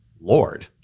Lord